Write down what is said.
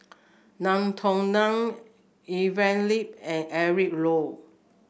Ngiam Tong Dow Evelyn Lip and Eric Low